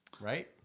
right